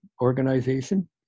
organization